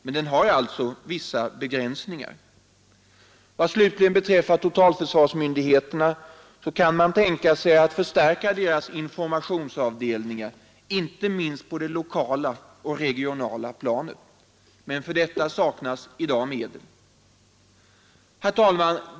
Men den har alltså vissa begränsningar. Vad slutligen totalförsvarsmyndigheterna beträffar kan man tänka sig att förstärka deras informationsavdelningar, inte minst på det lokala och regionala planet. Men för detta saknas i dag medel. Herr talman!